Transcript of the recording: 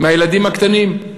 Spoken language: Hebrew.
מהילדים הקטנים,